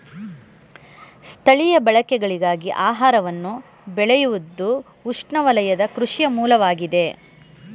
ಸ್ಥಳೀಯ ಬಳಕೆಗಳಿಗಾಗಿ ಆಹಾರವನ್ನು ಬೆಳೆಯುವುದುಉಷ್ಣವಲಯದ ಕೃಷಿಯ ಮೂಲವಾಗಿದೆ